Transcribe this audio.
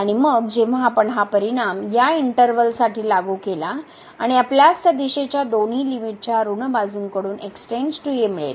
आणि मग जेव्हा आपण हा परिणाम या इंटर्वल साठी लागू केला आणि आपल्यास त्या दिशेच्या दोन्ही लीमिटच्या ऋण बाजूंकडून मिळेल